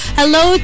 hello